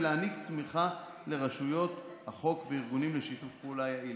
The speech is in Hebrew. ולהעניק תמיכה לרשויות החוק וארגונים לשיתוף פעולה יעיל.